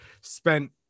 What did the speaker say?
spent